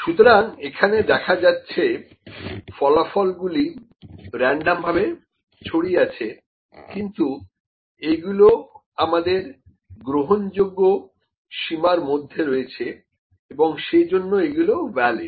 সুতরাং এখানে দেখা যাচ্ছে ফলাফলগুলি রেনডম ভাবে ছড়িয়ে আছে কিন্তু এইগুলি আমাদের গ্রহণযোগ্য সীমার মধ্যে রয়েছে এবং সে জন্যেই এগুলো ভ্যালিড